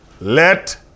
Let